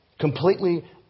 Completely